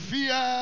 Fear